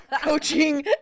coaching